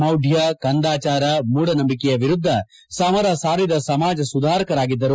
ಮೌಢ್ಯ ಕಂದಾಚಾರ ಮೂಡನಂಬಿಕೆಯ ವಿರುದ್ಧ ಸಮರ ಸಾರಿದ ಸಮಾಜ ಸುಧಾರಕರಾಗಿದ್ದರು